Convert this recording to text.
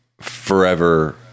forever